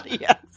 Yes